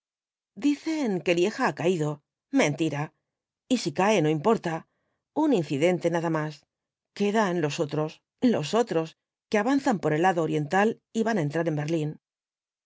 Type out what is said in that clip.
dicen que lieja ha caído mentira y si cae no importa un incidente nada más quedan los otros los otros que avanzan por el lado oriental y van á entrar en berlín